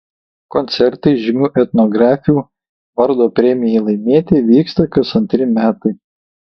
koncertai žymių etnografių vardo premijai laimėti vyksta kas antri metai